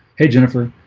hey, jennifer